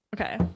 Okay